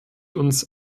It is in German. uns